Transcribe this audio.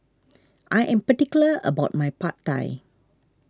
I am particular about my Pad Thai